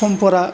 समफोरा